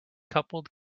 coupled